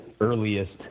earliest